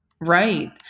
right